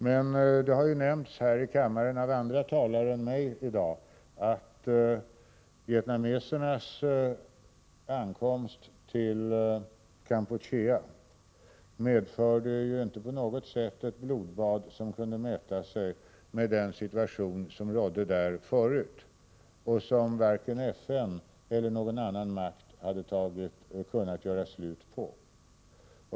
Men det har ju i dag här i kammaren av andra talare än mig markerats att vietnamesernas ankomst till Kampuchea inte på något sätt medförde ett blodbad som kunde mäta sig med den situation som rådde där tidigare och som varken FN eller någon annan makt hade kunnat göra slut på.